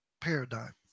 paradigm